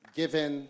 given